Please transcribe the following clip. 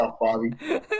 Bobby